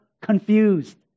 confused